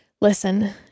Listen